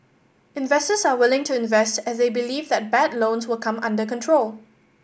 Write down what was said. investors are willing to invest as they believe that bad loans will come under control